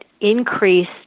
increased